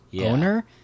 owner